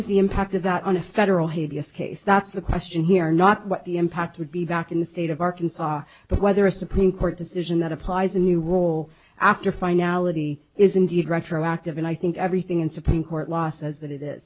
is the impact of that on a federal habeas case that's the question here not what the impact would be back in the state of arkansas but whether a supreme court decision that applies a new role after finality is indeed retroactive and i think everything in supreme court law says that it is